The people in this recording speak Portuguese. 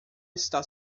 está